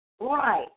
right